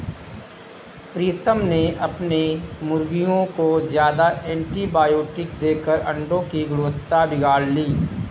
प्रीतम ने अपने मुर्गियों को ज्यादा एंटीबायोटिक देकर अंडो की गुणवत्ता बिगाड़ ली